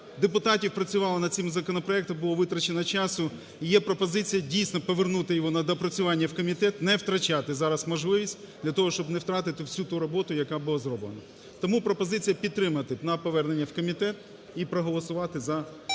депутатів працювало над цим законопроектом, було витрачено часу, і є пропозиція, дійсно, повернути його на доопрацювання в комітет, не втрачати зараз можливість для того, щоб не втратити всю ту роботу, яка була зроблена. Тому пропозиція підтримати на повернення в комітет і проголосувати за